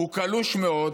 הוא קלוש מאוד,